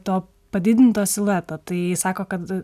to padidinto silueto tai sako kad